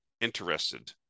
interested